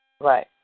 Right